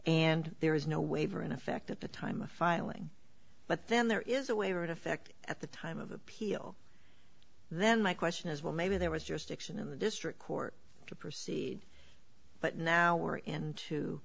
and there is no waiver in effect at the time of filing but then there is a way were in effect at the time of appeal then my question is well maybe there was just action in the district court to proceed but now we're into